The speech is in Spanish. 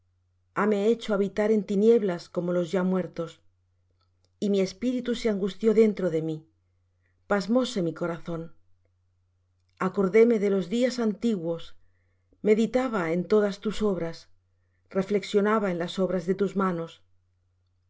vida hame hecho habitar en tinieblas como los ya muertos y mi espíritu se angustió dentro de mí pasmóse mi corazón acordéme de los días antiguos meditaba en todas tus obras reflexionaba en las obras de tus manos